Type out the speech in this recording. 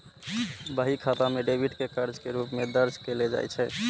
बही खाता मे डेबिट कें कर्ज के रूप मे दर्ज कैल जाइ छै